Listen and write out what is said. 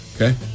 Okay